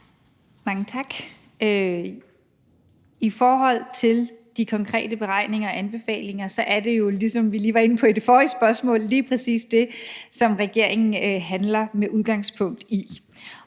Mange tak. I forhold til de konkrete beregninger og anbefalinger er det jo, ligesom vi lige var inde på i det forrige spørgsmål, lige præcis det, som regeringen handler med udgangspunkt i.